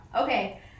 okay